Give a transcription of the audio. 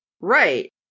Right